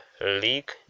league